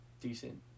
decent